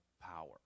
power